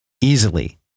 easily